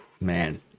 man